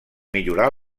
millorar